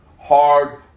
Hard